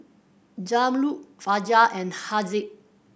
Zamrud Fajar and Haziq